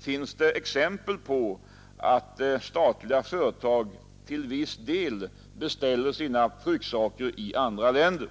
finns det för övrigt exempel på att statliga företag till viss del beställer sina trycksaker i andra länder.